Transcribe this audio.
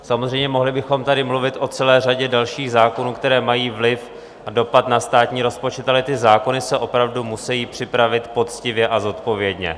Samozřejmě mohli bychom tady mluvit o celé řadě dalších zákonů, které mají vliv a dopad na státní rozpočet, ale ty zákony se opravdu musí připravit poctivě a zodpovědně.